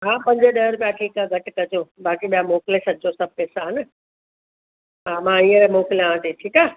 हा पंज ॾह रुपया ठीकु आहे घटि कजो बाक़ी ॿिया मोकिले छॾिजो सभु पैसा हान हा मां हींअर मोकिलियांव थी ठीकु आहे